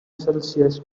celsius